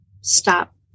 stop